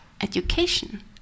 education